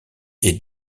est